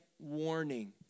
warning